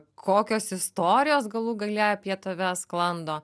kokios istorijos galų gale apie tave sklando